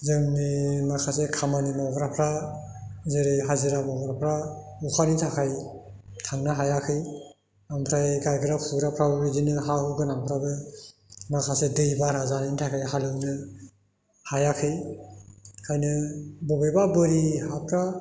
जोंनि माखासे खामानि मावग्राफ्रा जेरै हाजिरा मावग्राफ्रा अखानि थाखाय थांनो हायाखै ओमफ्राय गायग्रा फुग्राफ्राबो बिदिनो हा हु गोनांफ्राबो माखासे दै बाना जानायनि थाखाय हालेवनो हायाखै ओंखायनो बबेबा बोरि हाफ्रा